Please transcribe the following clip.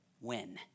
win